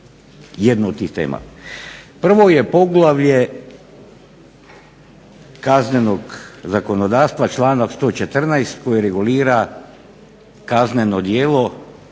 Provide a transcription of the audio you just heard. jednu od tih tema, prvo je poglavlje kaznenog zakonodavstva članak 114. koji regulira kazneno djelo